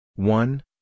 One